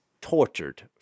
tortured